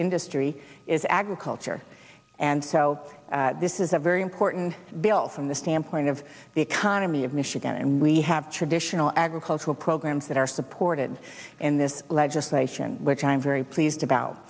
industry is agriculture and so this is a very important bill from the standpoint of the economy of michigan and we have traditional agricultural programs that are supported in this legislation which i'm very pleased about